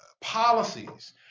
policies